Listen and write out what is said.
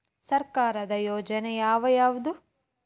ಸರ್ಕಾರದ ಯೋಜನೆ ಯಾವ್ ಯಾವ್ದ್?